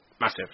massive